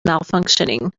malfunctioning